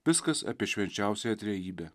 viskas apie švenčiausiąją trejybę